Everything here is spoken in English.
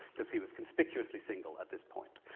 because he was conspicuously single at this point.